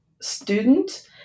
student